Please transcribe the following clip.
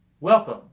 Welcome